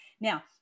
Now